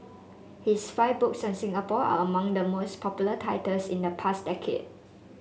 his five books on Singapore are among the most popular titles in the past decade